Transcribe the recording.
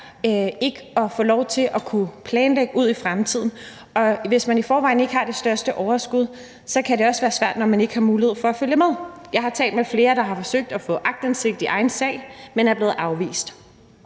ikke at få lov til at kunne planlægge ud i fremtiden, og hvis man i forvejen ikke har det største overskud, kan det også være svært, når man ikke har mulighed for at følge med. Jeg har talt med flere, der har forsøgt at få aktindsigt i egen sag, men som er blevet afvist.